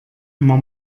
immer